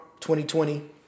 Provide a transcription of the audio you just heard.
2020